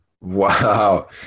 Wow